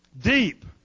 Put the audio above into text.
deep